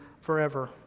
forever